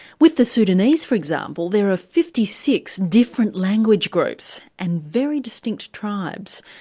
with the sudanese for example there are fifty six different language groups and very distinct tribes.